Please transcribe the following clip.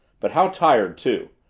but how tired, too.